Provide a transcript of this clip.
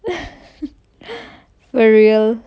for real